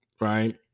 right